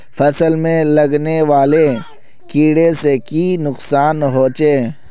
फसल में लगने वाले कीड़े से की नुकसान होचे?